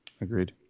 agreed